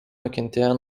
nukentėjo